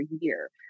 year